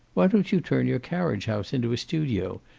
why don't you turn your carriage-house into a studio,